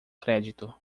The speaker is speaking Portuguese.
crédito